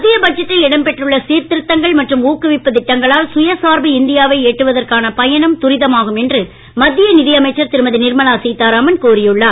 மத்திய பட்ஜெட்டில் இடம் பெற்றுள்ள சீர்திருத்தங்கள் மற்றும் ஊக்குவிப்புத் திட்டங்களால் சுய சார்பு இந்தியாவை எட்டுவதற்கான பயணம் துரிதமாகும் என்று மத்திய நிதி அமைச்சர் திருமதி நிர்மலா சீதாராமன் கூறியுள்ளார்